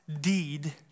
deed